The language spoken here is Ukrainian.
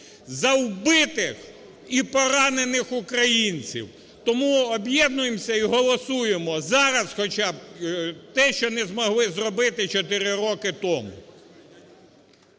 за вбитих і поранених українців. Тому об'єднуємося і голосуємо зараз хоча б те, що не змогли зробити 4 роки тому.